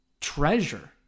treasure